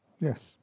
Yes